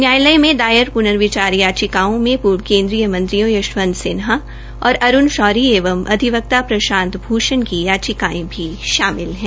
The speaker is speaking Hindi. न्यायालय ने दायर पुनर्विचार याचिकाओं में पूर्व केन्द्रीय मंत्रियों यशंवत सिन्हा और अरूण शौरी एवं अविवक्ता प्रशांत भूष्ण की याचिकायों भी शामिल है